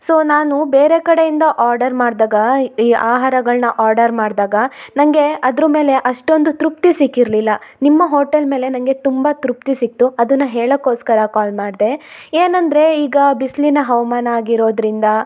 so ನಾನು ಬೇರೆ ಕಡೆಯಿಂದ ಆರ್ಡರ್ ಮಾಡ್ದಾಗ ಈ ಆಹಾರಗಳನ್ನ ಆರ್ಡರ್ ಮಾಡಿದಾಗ ನನಗೆ ಅದ್ರ ಮೇಲೆ ಅಷ್ಟೊಂದು ತೃಪ್ತಿ ಸಿಕ್ಕಿರಲಿಲ್ಲ ನಿಮ್ಮ ಹೋಟೆಲ್ ಮೇಲೆ ನನಗೆ ತುಂಬ ತೃಪ್ತಿ ಸಿಕ್ಕಿತು ಅದನ್ನು ಹೇಳೋಕ್ಕೋಸ್ಕರ ಕಾಲ್ ಮಾಡಿದೆ ಏನಂದರೆ ಈಗ ಬಿಸಿಲಿನ ಹವಾಮಾನ ಆಗಿರೋದರಿಂದ